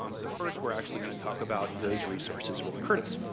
um so first, we're actually going to talk about those resources with kurtis.